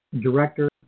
director